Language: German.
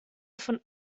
von